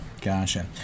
gotcha